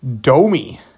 Domi